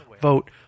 vote